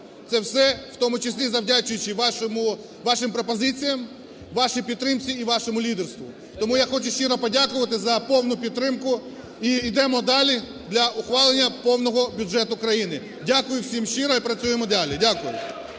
Це все в тому числі завдячуючи вашим пропозиціям, вашій підтримці і вашому лідерству. Тому я хочу щиро подякувати за повну підтримку. І йдемо далі для ухвалення повного бюджету країни! Дякую всім щиро і працюємо далі!